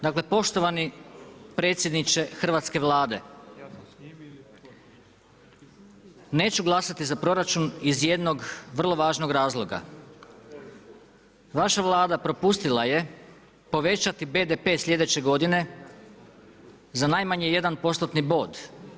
Dakle poštovani predsjedniče hrvatske Vlade, neću glasati za proračun iz jednog vrlo važnog razloga, vaša Vlada propustila je povećati BDP sljedeće godine za najmanje jedan postotni bod.